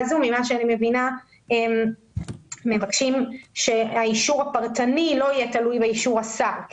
מבינה שמבקשים שהאישור הפרטני לגבי כל נכס לא יהיה תלוי באישור השר.